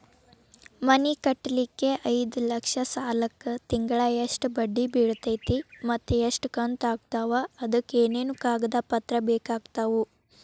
ಮನಿ ಕಟ್ಟಲಿಕ್ಕೆ ಐದ ಲಕ್ಷ ಸಾಲಕ್ಕ ತಿಂಗಳಾ ಎಷ್ಟ ಬಡ್ಡಿ ಬಿಳ್ತೈತಿ ಮತ್ತ ಎಷ್ಟ ಕಂತು ಆಗ್ತಾವ್ ಅದಕ ಏನೇನು ಕಾಗದ ಪತ್ರ ಬೇಕಾಗ್ತವು?